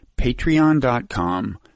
patreon.com